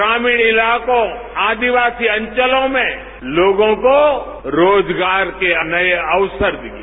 ग्रामीण इलाकों आदिवासी अंचलों में लोगों को रोजगार के नए अवसर मिले